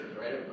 right